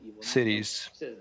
cities